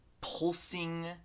pulsing